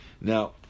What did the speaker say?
now